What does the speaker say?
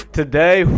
today